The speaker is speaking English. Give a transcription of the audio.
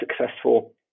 successful